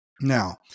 Now